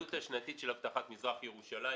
העלות השנתית של אבטחת מזרח ירושלים,